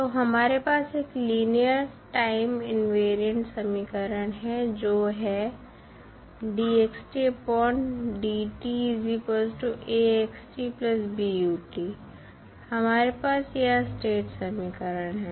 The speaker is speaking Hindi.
तो हमारे पास एक लीनियर टाइम इनवेरिएंट समीकरण है जो है हमारे पास यह स्टेट समीकरण है